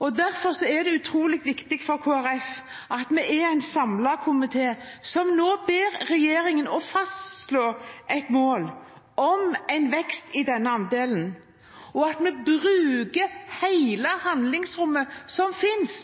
Derfor er det utrolig viktig for Kristelig Folkeparti at vi er en samlet komité som nå ber regjeringen fastslå et mål om en vekst i denne andelen, og at vi bruker hele handlingsrommet som finnes